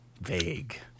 Vague